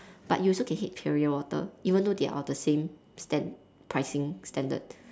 but you also can hate perrier water even though they are of the same stand~ pricing standard